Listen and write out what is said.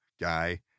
guy